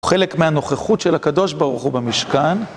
חלק מהנוכחות של הקדוש ברוך הוא במשכן.